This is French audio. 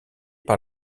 par